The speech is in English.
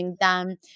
done